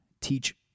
teach